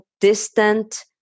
distant